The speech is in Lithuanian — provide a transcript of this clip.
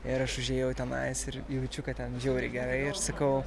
ir aš užėjau tenai ir jaučiu kad ten žiauriai gerai aš sakau